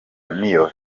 miyove